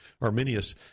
Arminius